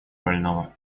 больного